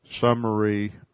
summary